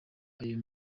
ayo